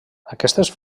aquestes